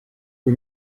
kui